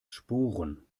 sporen